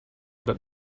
that